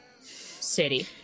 city